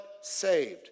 saved